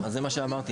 זה מה שאמרתי.